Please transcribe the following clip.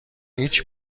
هیچ